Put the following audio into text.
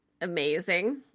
Amazing